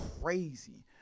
crazy